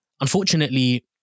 Unfortunately